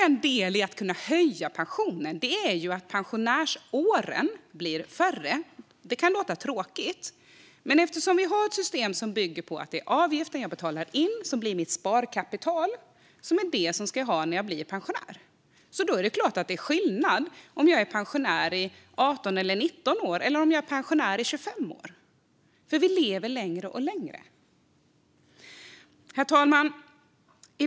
En del i att höja pensionsåldern är att pensionärsåren blir färre. Det kan låta tråkigt. Men vi har ett system som bygger på att de avgifter jag betalar in blir mitt sparkapital, och det är vad jag ska ha när jag blir pensionär. Då är det klart att det blir en skillnad om jag är pensionär i 18 eller 19 år eller om jag är pensionär i 25 år. Vi lever ju längre och längre. Herr talman!